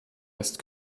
erst